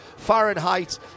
fahrenheit